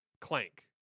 clank